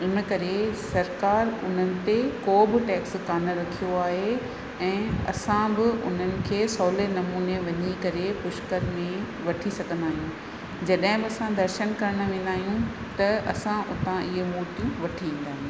इन करे सरकारु उन्हनि ते को बि टैक्स कान रखियो आहे ऐं असां बि उन्हनि खे सहुले नमूने वञी करे पुष्कर में वठी सघंदा आहियूं जॾहिं बि असां दर्शन करणु वेंदा आहियूं त असां उता इहे मुर्तियूं वठी ईंदा आहियूं